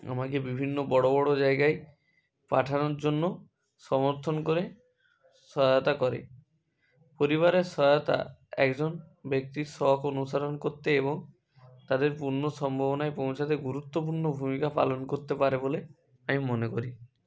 আমাকে বিভিন্ন বড় বড় জায়গায় পাঠানোর জন্য সমর্থন করে সহায়তা করে পরিবারের সহায়তা একজন ব্যক্তির শখ অনুসরণ করতে এবং তাদের পূর্ণ সম্ভাবনায় পৌঁছাতে গুরুত্বপূর্ণ ভূমিকা পালন করতে পারে বলে আমি মনে করি